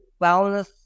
wellness